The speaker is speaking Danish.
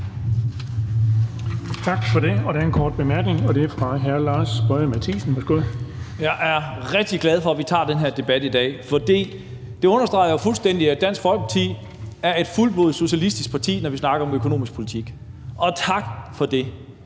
Tak for det. Der er en kort bemærkning, og den er fra hr. Lars Boje Mathiesen. Værsgo. Kl. 17:14 Lars Boje Mathiesen (NB): Jeg er rigtig glad for, at vi tager den her debat i dag, for det understreger jo fuldstændig, at Dansk Folkeparti er et fuldblods socialistisk parti, når vi snakker om økonomisk politik – og tak for det.